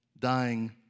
dying